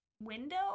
window